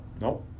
No